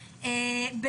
שלום לכולם,